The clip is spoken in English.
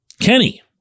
Kenny